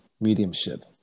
mediumship